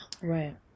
Right